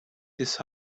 this